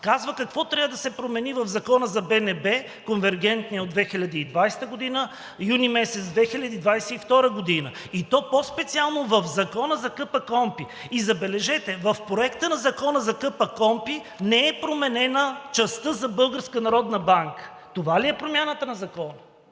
казва какво трябва да се промени в Закона за БНБ – конвергентният от 2020 г., юни месец 2022 г., и то по-специално в Закона за КПКОНПИ. И забележете, в Проекта на закона за КПКОНПИ не е променена частта за Българската народна